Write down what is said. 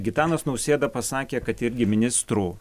gitanas nausėda pasakė kad irgi ministrų